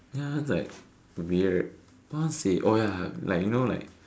ya that's like weird honestly oh ya like you know like